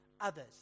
others